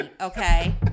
Okay